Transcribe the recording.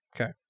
Okay